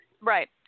Right